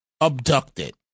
abducted